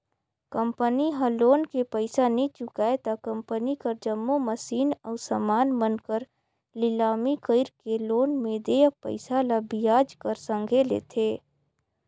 company ह loan के पइसा नी चुकाय त कंपनी कर जम्मो मसीन अउ समान मन कर लिलामी कइरके लोन में देय पइसा ल बियाज कर संघे लेथे